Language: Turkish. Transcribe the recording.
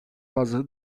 fazlası